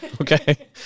Okay